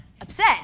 upset